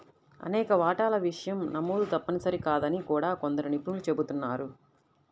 అనేక వాటాల విషయం నమోదు తప్పనిసరి కాదని కూడా కొందరు నిపుణులు చెబుతున్నారు